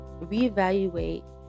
Reevaluate